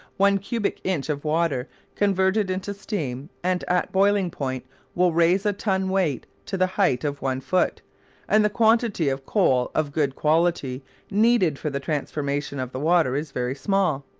one cubic inch of water converted into steam and at boiling point will raise a ton weight to the height of one foot and the quantity of coal of good quality needed for the transformation of the water is very small.